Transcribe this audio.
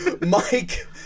Mike